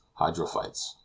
hydrophytes